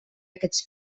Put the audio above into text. aquests